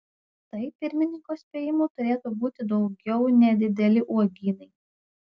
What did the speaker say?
tai pirmininko spėjimu turėtų būti daugiau nedideli uogynai